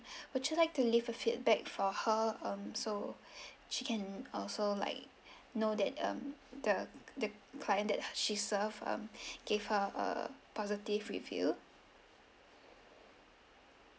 would you like to leave a feedback for her um so she can uh also like know that um the the client that she served um gave her a positive review